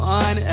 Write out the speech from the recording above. on